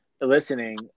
listening